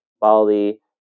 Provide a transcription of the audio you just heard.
Bali